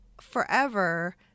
forever